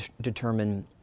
determine